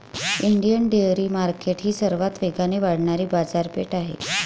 Indian dairy market ही सर्वात वेगाने वाढणारी बाजारपेठ आहे